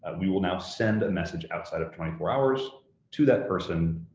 ah we will now send a message outside of twenty four hours to that person,